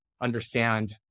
understand